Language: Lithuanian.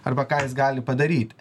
arba ką jis gali padaryt